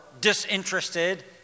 disinterested